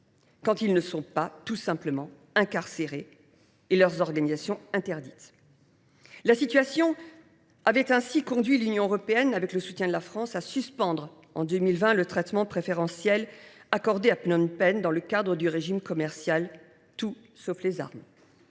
quand ils ne sont pas tout simplement incarcérés et leurs organisations interdites. La situation avait ainsi conduit l’Union européenne, avec le soutien de la France, à suspendre en 2020 le traitement préférentiel accordé à Phnom Penh dans le cadre du régime commercial « Tout sauf les armes ».